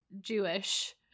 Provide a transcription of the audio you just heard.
Jewish